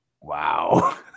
Wow